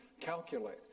calculate